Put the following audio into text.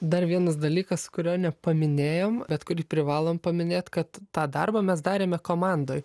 dar vienas dalykas kurio nepaminėjom bet kurį privalom paminėt kad tą darbą mes darėme komandoj